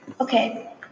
Okay